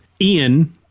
Ian